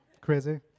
crazy